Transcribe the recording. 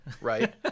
right